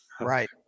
Right